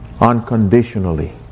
unconditionally